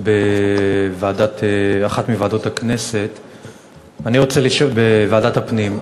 אתמול באחת מוועדות הכנסת, בוועדת הפנים.